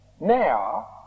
Now